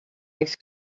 ice